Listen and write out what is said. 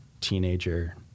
teenager